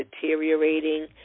deteriorating